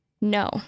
No